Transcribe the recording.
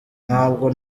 ntabwo